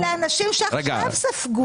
--- וכמה כסף ניתן לאנשים שעכשיו ספגו.